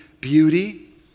beauty